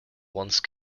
once